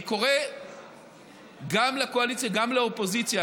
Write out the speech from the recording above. אני קורא גם לקואליציה וגם לאופוזיציה,